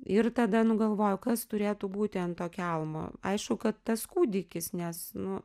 ir tada nu galvoju kas turėtų būti ant to kelmo aišku kad tas kūdikis nes nu